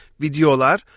videolar